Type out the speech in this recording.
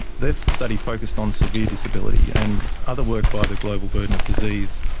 their study focused on severe disability, and other work by the global burden of disease